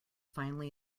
finally